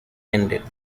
ended